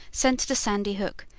sent to sandy hook,